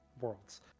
worlds